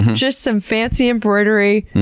just some fancy embroidery.